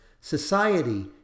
society